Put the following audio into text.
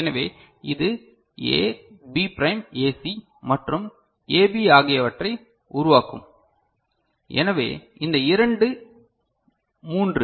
எனவே இது AB prime AC மற்றும் ஏபி ஆகியவற்றை உருவாக்கும் எனவே இந்த இரண்டு மூன்று